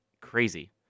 crazy